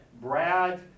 Brad